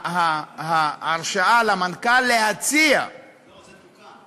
ההרשאה למנכ"ל להציע, לא, זה תוקן.